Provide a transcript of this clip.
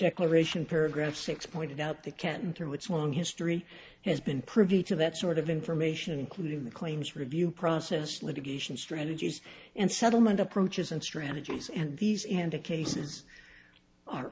declaration paragraph six pointed out the can through its long history has been privy to that sort of information including the claims review process litigation strategies and settlement approaches and strategies and these and the cases are